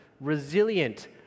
resilient